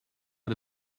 out